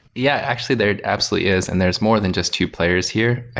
yeah, actually there absolutely is and there's more than just two players here.